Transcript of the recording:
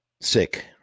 sick